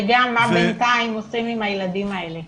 וגם מה בינתיים עושים עם הילדים האלה.